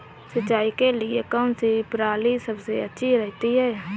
सिंचाई के लिए कौनसी प्रणाली सबसे अच्छी रहती है?